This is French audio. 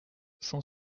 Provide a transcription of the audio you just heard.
cent